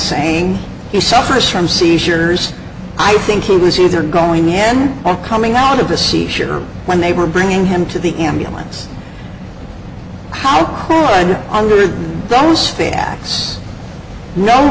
saying he suffers from seizures i think he was either going again or coming out of a seizure when they were bringing him to the ambulance how under those fags no